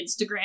instagram